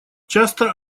часто